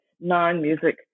non-music